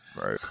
Right